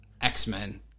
X-Men